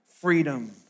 freedom